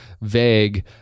vague